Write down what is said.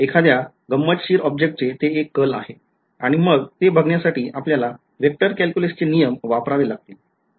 एखाद्या गंमतशीर ऑब्जेक्टचे ते एक कर्ल आहे आणि मग ते बघण्यासाठी आपल्याला वेक्टर calculus चे नियम वापरावे लागतील